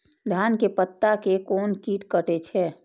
धान के पत्ता के कोन कीट कटे छे?